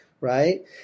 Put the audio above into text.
right